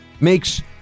Makes